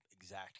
exact